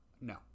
No